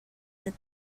that